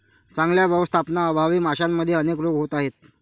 चांगल्या व्यवस्थापनाअभावी माशांमध्ये अनेक रोग होत आहेत